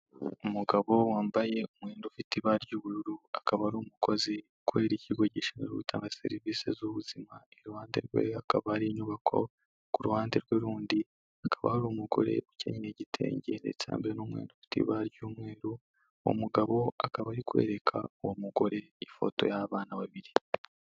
Umugabo wambaye umwenda ufite ibara ry'ubururu, akaba ari umukozi ukorera ikigo gishinzwe gutanga serivise z'ubuzima. Iruhande rwe hakaba hari inyubako, ku ruhande rwe rundi hakaba hari umugore ukenyeye igitenge ndetse yambaye n'umwenda ufite ibara ry'umweru ufite ibara ry'umweru. Uwo mugabo akaba ari kwereka uwo mugore ifoto y'abana babiri.